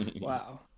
wow